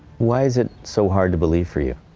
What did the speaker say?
why is it so hard to believe for you?